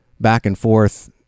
back-and-forth